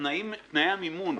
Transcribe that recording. בתנאי המימון,